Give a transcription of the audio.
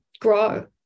grow